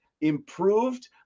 improved